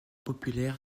populaire